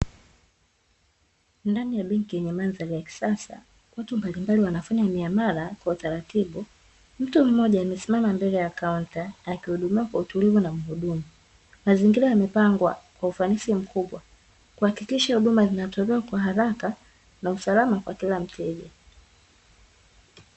Ndani ya benki yenye madhari ya kisasa. Watu mbalimbali wanafanya miamala kwa utaratibu. Mtu mmoja amesimama mbele ya kaunta akihudumiwa kwa utulivu na mhudumu. Mazingira yamepangwa kwa ufanisi mkubwa, kuhakikisha huduma zinatolewa kwa uharaka na usalama kwa kila mteja